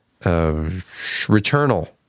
Returnal